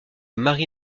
marie